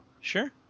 Sure